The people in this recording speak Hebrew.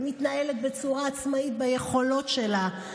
היא מתנהלת בצורה עצמאית ביכולות שלה,